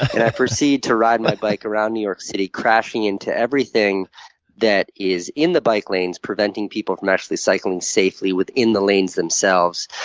and i proceed to ride my bike around new york city, crashing into everything that is in the bike lanes, preventing people from actually cycling safely within the lanes themselves.